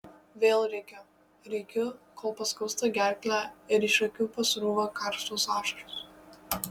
vėl rėkiu rėkiu kol paskausta gerklę ir iš akių pasrūva karštos ašaros